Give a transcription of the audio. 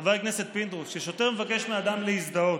חבר הכנסת פינדרוס, כששוטר מבקש מאדם להזדהות,